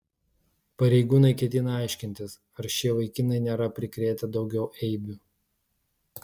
pareigūnai ketina aiškintis ar šie vaikinai nėra prikrėtę daugiau eibių